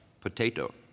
potato